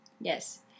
Yes